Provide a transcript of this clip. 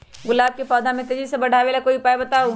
गुलाब के पौधा के तेजी से बढ़ावे ला कोई उपाये बताउ?